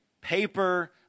paper